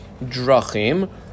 Drachim